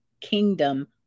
kingdom